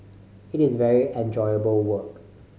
it is very enjoyable work